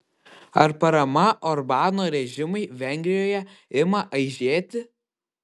ar parama orbano režimui vengrijoje ima aižėti